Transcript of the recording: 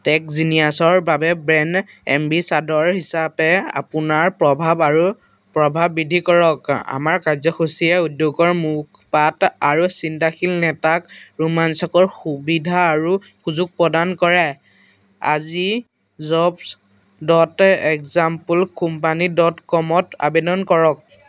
টেকজিনিয়াছৰ বাবে brand ambassador হিচাপে আপোনাৰ প্ৰভাৱ আৰু প্ৰভাৱ বৃদ্ধি কৰক আমাৰ কাৰ্যসূচীয়ে উদ্যোগৰ মুখপাত আৰু চিন্তাশীল নেতাক ৰোমাঞ্চকৰ সুবিধা আৰু সুযোগ প্ৰদান কৰে আজি jobs dot example company dot কমত আৱেদন কৰক